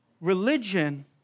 Religion